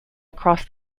across